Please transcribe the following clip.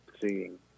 seeing